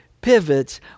pivots